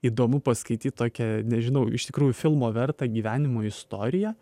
įdomu paskaityt tokią nežinau iš tikrųjų filmo vertą gyvenimo istoriją